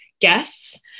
guests